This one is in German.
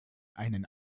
einen